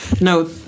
No